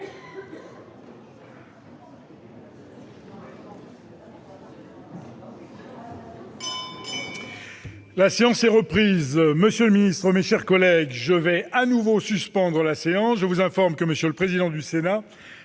La séance est reprise. Monsieur le secrétaire d'État, mes chers collègues, je vais de nouveau suspendre la séance. Je vous informe que M. le président du Sénat